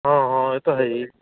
ਹਾਂ ਹਾਂ ਇਹ ਤਾਂ ਹੈ ਜੀ